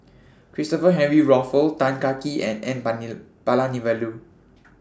Christopher Henry Rothwell Tan Kah Kee and N Palanivelu